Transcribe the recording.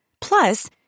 Plus